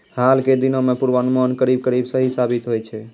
हाल के दिनों मॅ पुर्वानुमान करीब करीब सही साबित होय छै